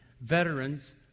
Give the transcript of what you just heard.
veterans